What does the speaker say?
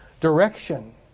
Direction